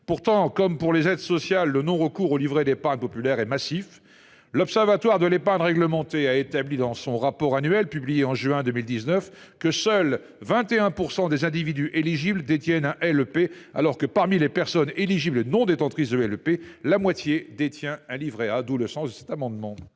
pourtant comme pour les aides sociales le non recours au livret d'épargne populaire et massif. L'Observatoire de l'épargne réglementée a établi dans son rapport annuel publié en juin 2019 que seuls 21% des individus éligible détiennent à L E P alors que parmi les personnes éligibles non-détentrice de LEP la moitié détient un livret A, d'où le sens de cet amendement.